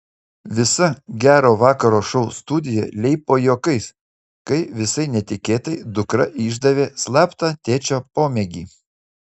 visa gero vakaro šou studija leipo juokais kai visai netikėtai dukra išdavė slaptą tėčio pomėgį